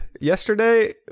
Yesterday